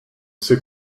sait